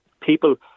People